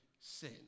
sin